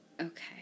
Okay